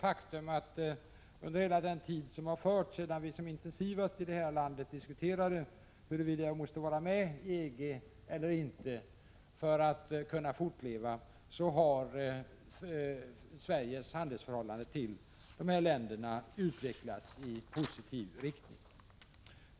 Faktum är att under hela den tid som gått sedan vi som intensivast här i landet diskuterade huruvida vi måste vara med i EG eller inte för att kunna fortleva har Sveriges handel med dessa länder utvecklats i positiv riktning.